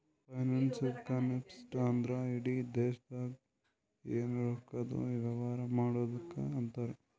finance concept ಅಂದ್ರ ಇಡಿ ದೇಶ್ದಾಗ್ ಎನ್ ರೊಕ್ಕಾದು ವ್ಯವಾರ ಮಾಡದ್ದುಕ್ ಅಂತಾರ್